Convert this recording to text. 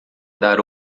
dar